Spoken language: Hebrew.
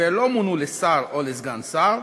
ולא מונו לשר או לסגן שר,